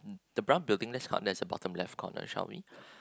mm the brown building let's talk the bottom left corner shall we